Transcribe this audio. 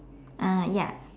uh ya